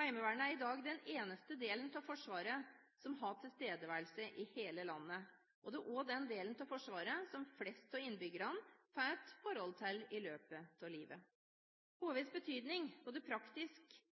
Heimevernet er i dag den eneste delen av Forsvaret som har tilstedeværelse i hele landet, og det er også den delen av Forsvaret som flest av innbyggerne får et forhold til i løpet av livet. HVs betydning, både praktisk